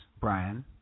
Brian